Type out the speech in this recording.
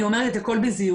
אני אומרת את הכול בזהירות,